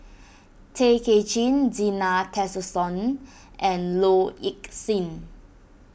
Tay Kay Chin Zena Tessensohn and Low Ing Sing